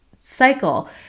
cycle